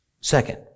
Second